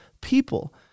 people